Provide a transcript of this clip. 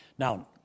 Now